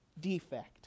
defect